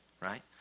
right